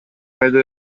пайда